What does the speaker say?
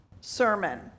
sermon